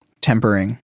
tempering